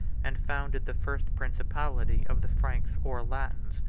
and founded the first principality of the franks or latins,